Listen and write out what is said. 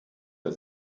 der